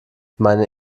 meine